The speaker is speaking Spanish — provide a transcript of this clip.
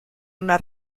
una